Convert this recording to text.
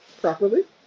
properly